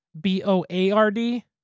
B-O-A-R-D